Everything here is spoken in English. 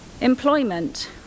Employment